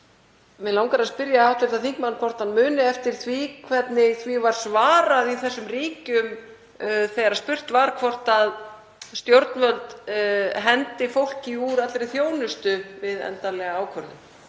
Mig langar að spyrja hv. þingmann hvort hann muni eftir því hvernig því var svarað í þessum ríkjum þegar spurt var hvort stjórnvöld hendi fólki úr allri þjónustu við endanlega ákvörðun,